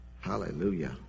hallelujah